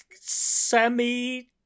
semi